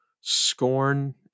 scorn